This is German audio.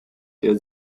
der